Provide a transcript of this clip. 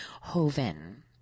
Hoven